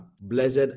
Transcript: Blessed